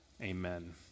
Amen